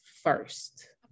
first